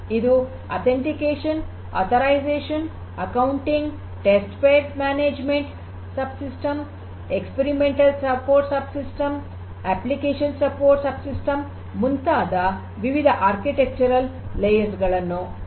ಇದು authentication authorisation ಲೆಕ್ಕಪತ್ರ test bed ನಿರ್ವಹಣೆಯ ಉಪವ್ಯವಸ್ಥೆ ಪ್ರಾಯೋಗಿಕ ಬೆಂಬಲ ಉಪವ್ಯವಸ್ಥೆ ಮತ್ತು ಅಪ್ಲಿಕೇಶನ್ ಬೆಂಬಲ ಉಪವ್ಯವಸ್ಥೆ ಮುಂತಾದ ವಿವಿಧ ವಾಸ್ತುಶಿಲ್ಪದ ಪದರಗಳನ್ನು ಒಳಗೊಂಡಿದೆ